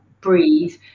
breathe